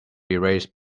erase